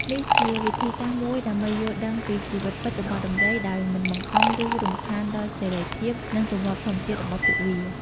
នេះជាវិធីសាស្ត្រមួយដើម្បី យល់ដឹងពីជីវិតពិតរបស់ដំរី ដោយមិនបង្ខំ ឬរំខានដល់សេរីភាព និងទម្លាប់ធម្មជាតិរបស់ពួកវា។